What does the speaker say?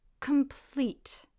complete